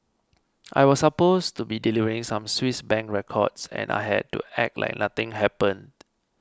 I was supposed to be delivering some Swiss Bank records and I had to act like nothing happened